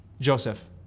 Joseph